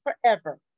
forever